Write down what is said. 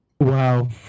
Wow